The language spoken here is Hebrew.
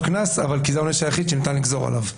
קנס כי זה העונש היחיד שניתן לגזור עליו.